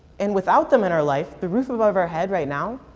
and without them in our lives, the roof above our heads right now,